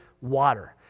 water